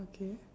okay